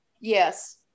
Yes